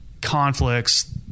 conflicts